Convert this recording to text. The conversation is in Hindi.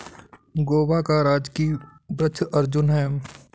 गोवा का राजकीय वृक्ष अर्जुन है